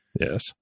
Yes